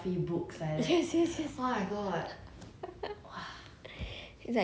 cause it's like 每天我放学之后 then I just go home wait I go Youtube right then 我们就一直点 search